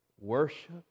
worship